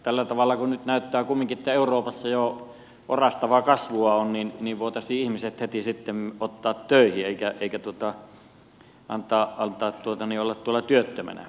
tällä tavalla kun nyt näyttää kumminkin että euroopassa jo orastavaa kasvua on voitaisiin ihmiset heti sitten ottaa töihin eikä antaa olla tuolla työttöminä